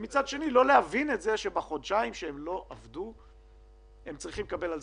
ומצד שני לא להבין את זה שבחודשיים שהם לא עבדו הם צריכים לקבל פיצוי.